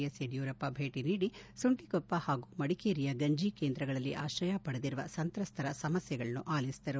S Yediyurappa ಭೇಟ ನೀಡಿ ಸುಂಟಕೊಪ್ಪ ಹಾಗೂ ಮಡಿಕೇರಿಯ ಗಂಜಿ ಕೇಂದ್ರಗಳಲ್ಲಿ ಆಶ್ರಯ ಪಡೆದಿರುವ ಸಂತ್ರಸ್ತರ ಸಮಸ್ಟೆಗಳನ್ನು ಆಲಿಸಿದರು